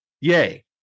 Yay